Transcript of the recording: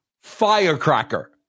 firecracker